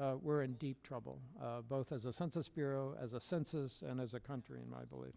and we're in deep trouble both as a census bureau as a census and as a country and i believe